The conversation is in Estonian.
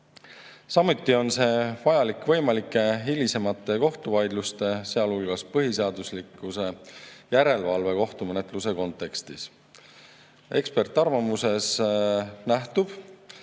Samuti on see vajalik võimalike hilisemate kohtuvaidluste, sealhulgas põhiseaduslikkuse järelevalve kohtumenetluse kontekstis. Eksperdiarvamusest nähtub,